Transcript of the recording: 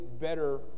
better